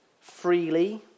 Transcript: freely